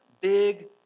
big